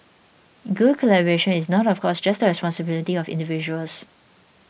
good collaboration is not of course just responsibility of individuals